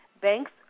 Banks